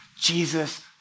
Jesus